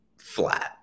flat